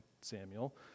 Samuel